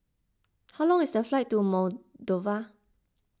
how long is the flight to Moldova